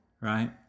right